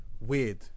weird